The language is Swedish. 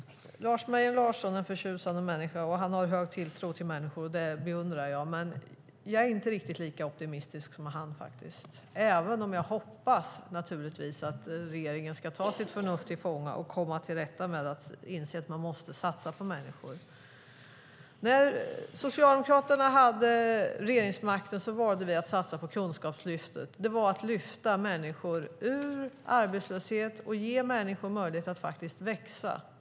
Lars Mejern Larsson är en förtjusande människa. Han har stor tilltro till människor. Det beundrar jag. Men jag är inte riktigt lika optimistisk, även om jag naturligtvis hoppas att regeringen ska ta sitt förnuft till fånga och inse att man måste satsa på människor. När Socialdemokraterna hade regeringsmakten valde vi att satsa på Kunskapslyftet. Det handlade om att lyfta människor ur arbetslöshet och ge människor möjlighet att växa.